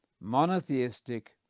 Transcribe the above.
monotheistic